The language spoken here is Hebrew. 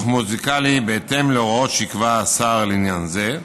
מוזיקלי בהתאם להוראות שיקבע השר לעניין זה.